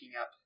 up